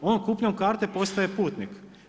On kupnjom karte postaje putnik.